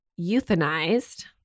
euthanized